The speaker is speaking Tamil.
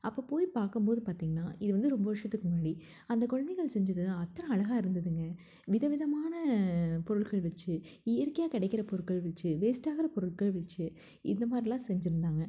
அப்போ போய் பார்க்கம்போது பார்த்திங்கன்னா இது வந்து ரொம்ப வருடத்துக்கு முன்னாடி அந்த குழந்தைகள் செஞ்சது அத்தனை அழகாக இருந்ததுங்க வித விதமான பொருள்கள் வச்சு இயற்கையாக கிடைக்கிற பொருள்கள் வச்சு வேஸ்டாகிற பொருள்கள் வச்சு இந்த மாதிரிலாம் செஞ்சுருந்தாங்க